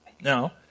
Now